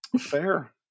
fair